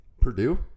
Purdue